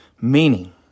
Meaning